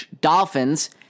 Dolphins